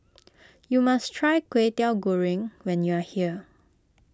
you must try Kway Teow Goreng when you are here